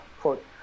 quote